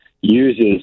uses